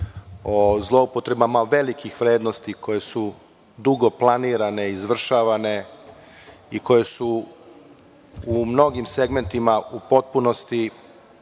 o zloupotrebama velikih vrednosti koje su dugo planirane i izvršavane i koje su u mnogim segmentima u potpunosti